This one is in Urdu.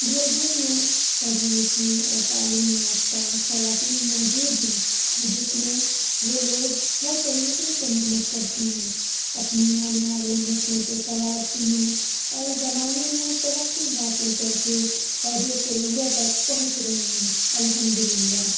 گھر گھر میں پڑھی لکھی اور تعلیم یافتہ خواتین موجود ہیں جس میں وہ لوگ ہر طریقے سے محنت کرتی ہیں اپنی آنے والی نسلوں کو سنوارتی ہیں اور زمانے میں ترقی حاصل کر کے اوج ثریا تک پہنچ رہی ہیں الحمد للہ